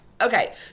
Okay